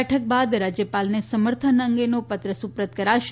બેઠક બાદ રાજ્યપાલને સમર્થન અંગેનો પત્ર સુપ્રત કરાશે